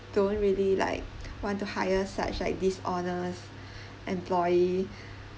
don't really like want to hire such like dishonest employee